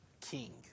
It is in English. King